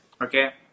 Okay